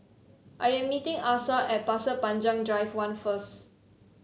I am meeting Asa at Pasir Panjang Drive One first